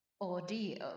ordeal